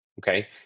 okay